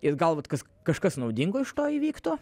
ir galbūt kažkas naudingo iš to įvyktų